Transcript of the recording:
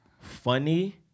funny